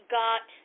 got